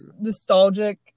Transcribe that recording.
nostalgic